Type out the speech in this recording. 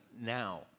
now